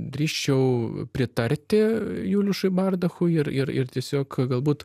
drįsčiau pritarti juliušui bardachui ir ir ir tiesiog galbūt